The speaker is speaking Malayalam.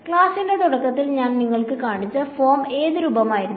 ക്ലാസ്സിന്റെ തുടക്കത്തിൽ ഞാൻ നിങ്ങൾക്ക് കാണിച്ച ഫോം ഏത് രൂപമായിരുന്നു